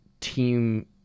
team